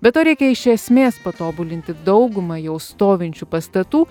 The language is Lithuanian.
be to reikia iš esmės patobulinti daugumą jau stovinčių pastatų